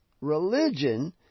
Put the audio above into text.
religion